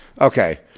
Okay